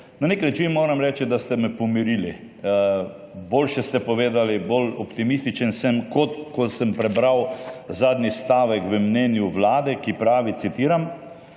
Na nek način moram reči, da ste me pomirili. Boljše ste povedali, bolj optimističen sem, kot ko sem prebral zadnji stavek v mnenju Vlade, ki pravi, citiram: